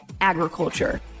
agriculture